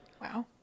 Wow